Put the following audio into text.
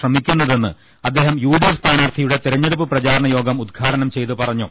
ശ്രമിക്കുന്നതെന്ന് അദ്ദേഹം U D F സ്ഥാനാർത്ഥി യുടെ തിരഞ്ഞെടുപ്പ് പ്രചാരണ യോഗം ഉദ്ഘാടനം ചെയ്ത് പറഞ്ഞു